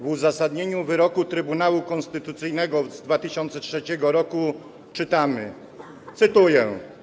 W uzasadnieniu wyroku Trybunału Konstytucyjnego z 2003 r. czytamy, cytuję: